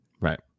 right